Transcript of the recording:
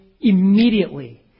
immediately